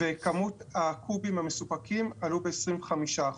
כמות הקוב המסופקת עלתה ב-25%.